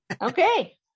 Okay